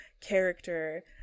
character